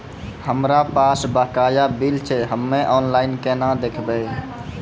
हमरा पास बकाया बिल छै हम्मे ऑनलाइन केना देखबै?